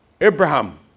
Abraham